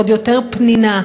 עוד יותר פנינה.